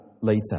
later